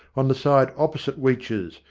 on the side opposite weech's,